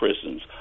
prisons